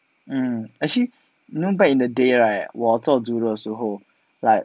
hmm actually you know back in the day right 我做 judo 的时候 like